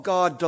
God